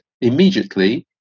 immediately